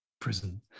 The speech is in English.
prison